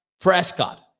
Prescott